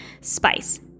spice